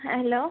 hello